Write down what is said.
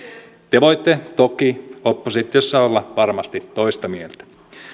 te te voitte toki oppositiossa olla varmasti toista mieltä